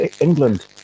England